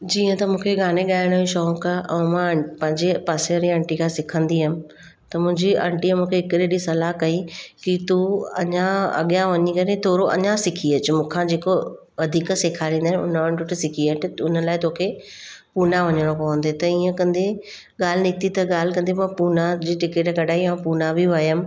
जीअं त मूंखे गाने ॻाइण जो शौक़ु आहे ऐं मां पंहिंजे पासेवारी आंटी खां सेखंदी हुअमि त मुंहिंजी आंटीअ मूंखे हिकु ॾींहुं सलह कई की तूं अञा अॻियां वञी करे थोरो अञा सिखी अचु मूंखां जेको वधीक सेखारींदा आहिनि उन आंटी वटि सिखी अचु उन्हनि लाइ तोखे पुणा वञिणो पवंदे त ईअं कंदे ॻाल्हि निकिती त ॻाल्हि कंदे मां पुणा जी टिकेट कढाई ऐं पुणा बि वियमि